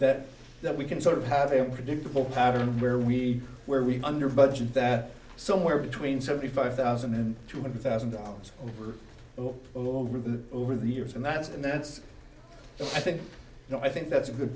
that that we can sort of have a predictable pattern where we where we under budget that somewhere between seventy five thousand and two hundred thousand dollars along with over the years and that's and that's i think you know i think that's a good